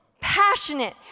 passionate